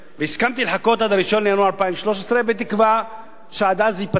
הסכמתי לחכות עד 1 בינואר 2013 בתקווה שעד אז זה ייפתר.